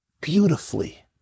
beautifully